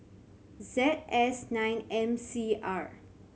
Z S nine M C R